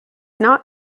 not